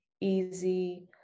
easy